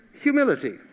humility